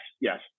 yes